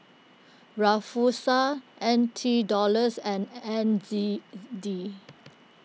Rufiyaa N T Dollars and N Z D